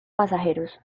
pasajeros